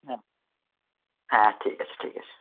হ্যাঁ হ্যাঁ ঠিক আছে ঠিক আছে